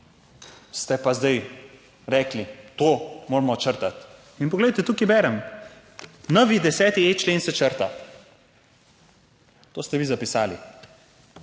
ste pa zdaj rekli, to moramo črtati. In poglejte, tukaj berem, novi 10.e člen se črta. To ste vi zapisali